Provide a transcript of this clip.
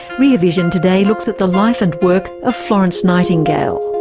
rear vision today looks at the life and work of florence nightingale.